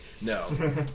No